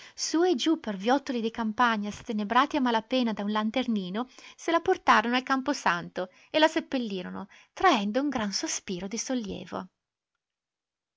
su e giù per viottoli di campagna stenebrati a malapena da un lanternino se la portarono al camposanto e la seppellirono traendo un gran sospiro di sollievo